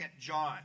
John